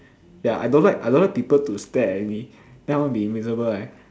ya I don't like I don't like people to stare at me then I want be invisible right